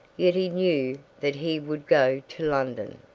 yet he knew that he would go to london.